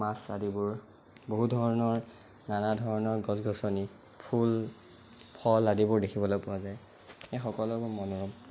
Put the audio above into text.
মাছ আদিবোৰ বহু ধৰণৰ নানা ধৰণৰ গছ গছনি ফুল ফল আদিবোৰ দেখিবলৈ পোৱা যায় এই সকলোবোৰ মনোৰম